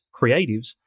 creatives